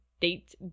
date